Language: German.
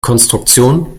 konstruktion